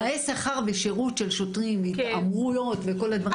תנאי שכר ושירות של שוטרים, התעמרויות וכל הדברים